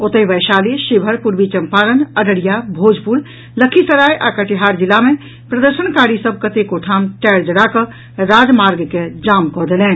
ओतहि वैशाली शिवहर पूर्वी चंपारण अररिया भोजपुर लखीसराय आ कटिहार जिला मे प्रदर्शनकारी सभ कतेको ठाम टायर जरा कऽ राजमार्ग के जाम कऽ देलनि